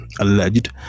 alleged